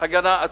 הגנה עצמית.